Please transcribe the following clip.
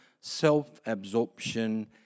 self-absorption